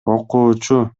окуучу